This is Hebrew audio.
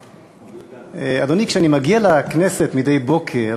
אדוני, כשאני מגיע לכנסת מדי בוקר,